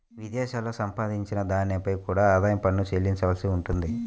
విదేశాలలో సంపాదించిన దానిపై కూడా ఆదాయ పన్ను చెల్లించవలసి ఉంటుంది